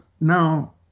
now